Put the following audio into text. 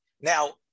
now